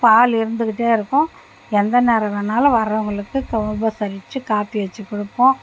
பால் இருந்துக்கிட்டே இருக்கும் எந்த நேரம் வேணாலும் வர்றவங்களுக்கு க உபசரித்து காப்பி வச்சுக் கொடுப்போம்